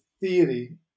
theory